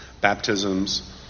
baptisms